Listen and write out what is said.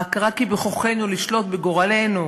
ההכרה כי בכוחנו לשלוט בגורלנו,